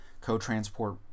co-transport